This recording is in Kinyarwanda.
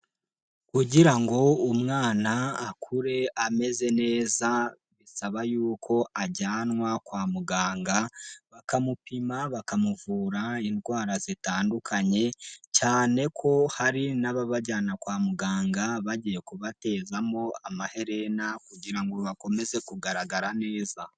Kugira ngo umwana akure ameze neza, bisaba yuko ajyanwa kwa muganga bakamupima bakamuvura indwara zitandukanye. Cyane ko hari n'ababajyana kwa muganga bagiye kubatezamo amaherena kugira ngo bakomeze kugaragara neza.